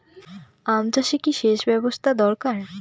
আম চাষে কি সেচ ব্যবস্থা দরকার?